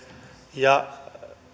ja